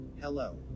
Hello